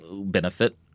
benefit